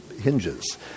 hinges